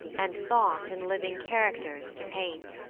and thought in living characters to paint,